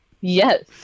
Yes